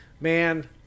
man